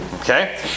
okay